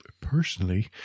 personally